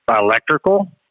electrical